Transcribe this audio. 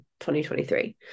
2023